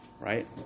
Right